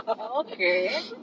Okay